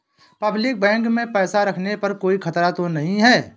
Public bank में पैसा रखने पर कोई खतरा तो नहीं है?